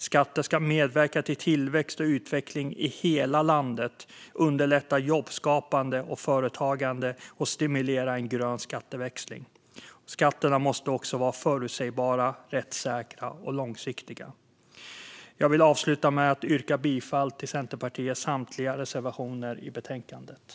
Skatter ska medverka till tillväxt och utveckling i hela landet, underlätta jobbskapande och företagande och stimulera en grön skatteväxling. Skatterna måste också vara förutsägbara, rättssäkra och långsiktiga. Jag vill avsluta med att yrka bifall till Centerpartiets samtliga reservationer i betänkandet.